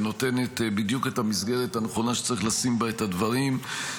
ונותנת בדיוק את המסגרת הנכונה שצריך לשים בה את הדברים.